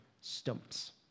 stumps